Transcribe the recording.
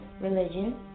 religion